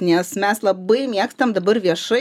nes mes labai mėgstame dabar viešai